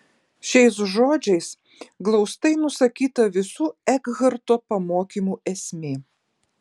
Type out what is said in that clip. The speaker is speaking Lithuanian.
šiais žodžiais glaustai nusakyta visų ekharto pamokymų esmė